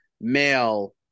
male